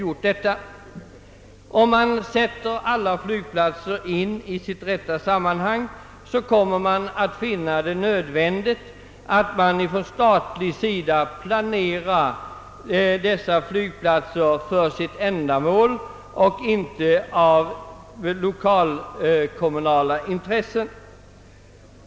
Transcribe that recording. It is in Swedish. Om man sätter in alla flygplatser i sitt rätta sammanhang kommer det att bli nödvändigt för staten att planera flygplatserna för deras ändamål och inte endast ta hänsyn till lokala kommunala intressen.